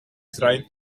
trein